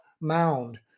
mound